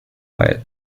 while